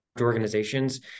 organizations